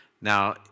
Now